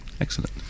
Excellent